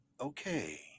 okay